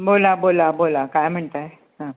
बोला बोला बोला काय म्हणत आहे हां